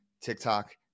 TikTok